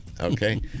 Okay